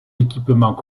équipements